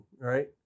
right